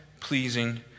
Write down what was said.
pleasing